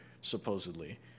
supposedly